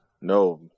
No